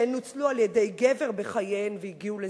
כשהן נוצלו על-ידי גבר בחייהן והגיעו לזנות.